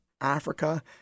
Africa